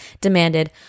demanded